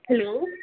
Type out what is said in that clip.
hello